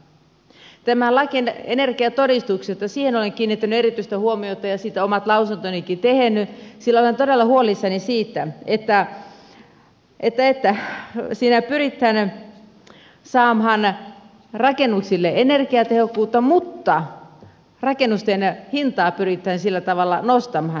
tähän lakiin energiatodistuksista olen kiinnittänyt erityistä huomiota ja siitä omat lausuntonikin tehnyt sillä olen todella huolissani siitä että siinä pyritään saamaan rakennuksille energiatehokkuutta mutta rakennusten hintaa pyritään sillä tavalla nostamaan